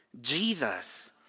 Jesus